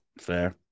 fair